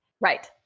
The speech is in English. Right